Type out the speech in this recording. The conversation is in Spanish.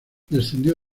descendió